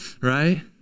right